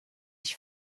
ich